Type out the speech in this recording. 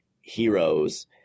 heroes